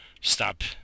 Stop